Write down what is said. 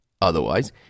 Otherwise